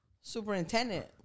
superintendent